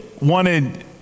wanted